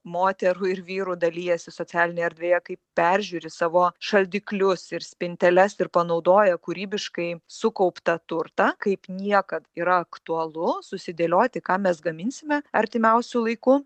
moterų ir vyrų dalijasi socialinėj erdvėje kaip peržiūri savo šaldiklius ir spinteles ir panaudoja kūrybiškai sukauptą turtą kaip niekad yra aktualu susidėlioti ką mes gaminsime artimiausiu laiku